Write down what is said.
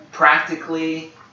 Practically